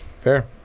Fair